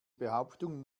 behauptung